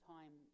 Time